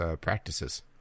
practices